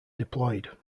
deployed